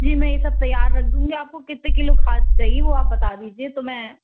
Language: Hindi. जी मैं ये सब तैयार रख दूँगी आपको कितने किलो खाद चाहिए वो आप बता दीजिए तो मैं